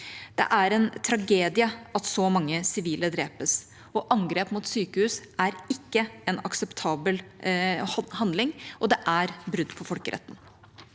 Det er en tragedie at så mange sivile drepes, og angrep mot sykehus er ikke en akseptabel handling – det er brudd på folkeretten.